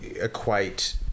equate